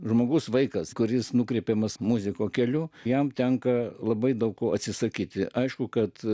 žmogus vaikas kuris nukreipiamas muziko keliu jam tenka labai daug ko atsisakyti aišku kad